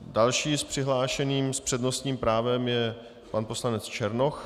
Dalším z přihlášených s přednostním právem je pan poslanec Černoch.